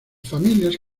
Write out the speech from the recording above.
familias